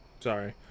Sorry